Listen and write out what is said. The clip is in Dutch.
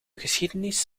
geschiedenis